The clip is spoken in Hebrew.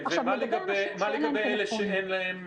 ומה לגבי אלה שאין להם